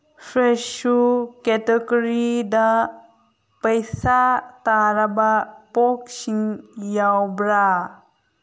ꯐ꯭ꯔꯦꯁꯨ ꯀꯦꯇꯒꯣꯔꯤꯗ ꯄꯩꯁꯥ ꯇꯥꯔꯕ ꯄꯣꯠꯁꯤꯡ ꯌꯥꯎꯕ꯭ꯔꯥ